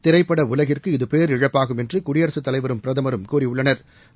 திரைப்பட உலகிற்கு இது பேரிழப்பாகும் என்று குடியரசுத் தலைவரும் பிரதமரும் கூறியுள்ளனா்